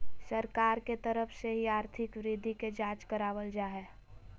सरकार के तरफ से ही आर्थिक वृद्धि के जांच करावल जा हय